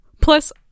Plus